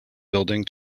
building